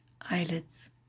eyelids